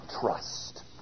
trust